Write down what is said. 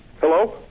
Hello